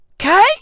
Okay